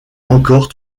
encore